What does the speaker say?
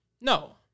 No